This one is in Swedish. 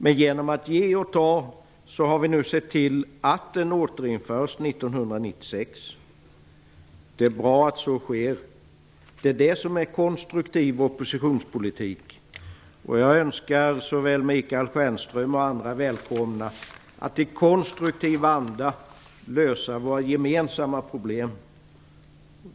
Men genom att ge och ta har vi nu sett till att den återinförs 1996. Det är bra att så sker. Det är det som är konstruktiv oppositionspolitik. Jag önskar såväl Michael Stjernström som andra välkomna att i konstruktiv anda lösa våra gemensamma problem.